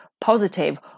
positive